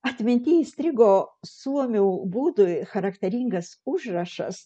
atminty įstrigo suomių būdui charakteringas užrašas